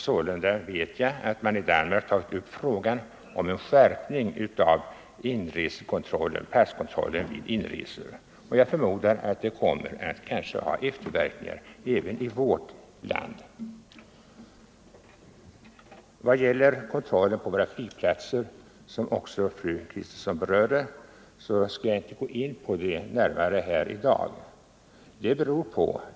Sålunda vet jag att man i Danmark tagit upp frågan om en skärpning av passkontrollen vid inresor. Jag förmodar att detta kommer att få efterverkningar även i vårt land. Kontrollen på våra flygplatser, som fru Kristensson berörde, skall jag inte närmare gå in på här i dag.